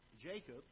Jacob